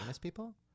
people